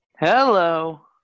Hello